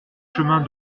chemin